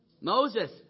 Moses